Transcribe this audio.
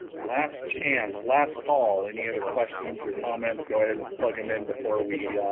last chance last call any other questions or comments go ahead and plug them in before we